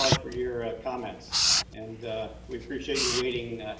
like for your comments and we appreciate you waiting